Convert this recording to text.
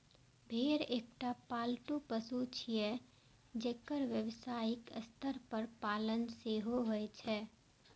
भेड़ एकटा पालतू पशु छियै, जेकर व्यावसायिक स्तर पर पालन सेहो होइ छै